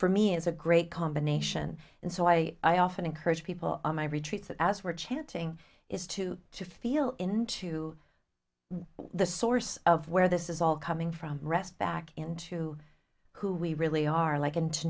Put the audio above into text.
for me is a great combination and so i i often encourage people to retreat as were chanting is to to feel into the source of where this is all coming from rest back into who we really are like and to